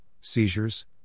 seizures